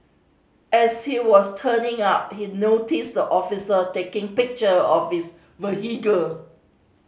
as he was turning out he noticed the officer taking picture of his vehicle